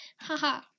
Haha